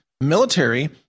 military